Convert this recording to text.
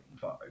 five